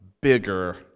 bigger